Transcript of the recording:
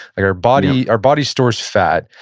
like our body our body stores fat,